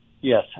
Yes